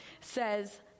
says